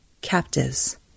captives